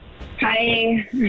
Hi